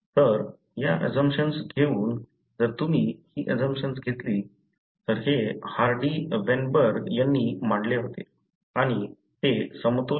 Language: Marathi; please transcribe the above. तर या अजंप्शन्स घेऊन जर तुम्ही ही अजंप्शन्स घेतली तर हे हार्डी वेनबर्ग यांनी मांडले होते आणि हे समतोल आहे